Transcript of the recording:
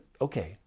okay